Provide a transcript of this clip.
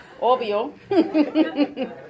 Obvio